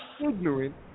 ignorant